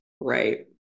right